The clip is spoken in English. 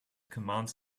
commands